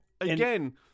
again